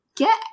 Get